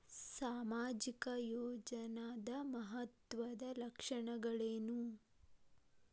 ಸಾಮಾಜಿಕ ಯೋಜನಾದ ಮಹತ್ವದ್ದ ಲಕ್ಷಣಗಳೇನು?